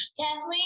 Kathleen